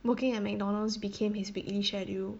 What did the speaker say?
working at McDonald's became his weekly schedule